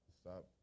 stop